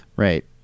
Right